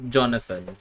Jonathan